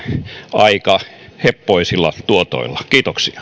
aika heppoisilla tuotoilla kiitoksia